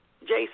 Jason